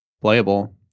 playable